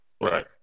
Right